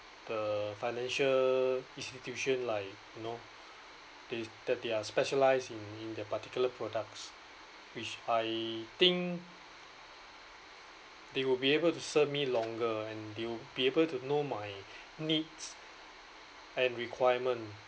the financial institution like you know they that they are specialised in in the particular products which I think they will be able to serve me longer and they will be able to know my needs and requirement